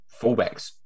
fullbacks